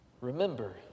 Remember